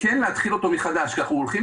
כן להתחיל אותו מחדש כי אנחנו הולכים